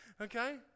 okay